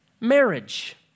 Marriage